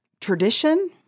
tradition